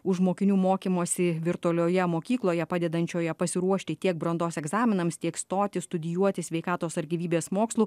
už mokinių mokymosi virtualioje mokykloje padedančioje pasiruošti tiek brandos egzaminams tiek stoti studijuoti sveikatos ar gyvybės mokslų